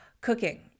cooking